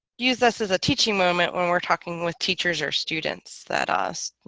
use this as a teaching moment when we're talking with teachers or students that us,